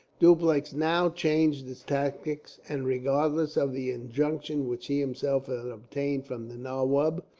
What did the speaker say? dupleix now changed his tactics, and regardless of the injunction which he himself had obtained from the nawab,